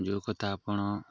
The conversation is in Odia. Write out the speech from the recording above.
ଯେଉଁ କଥା ଆପଣ